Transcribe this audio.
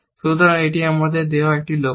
সুতরাং এটি আমাদের দেওয়া একটি লক্ষ্য